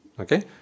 Okay